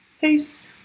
Peace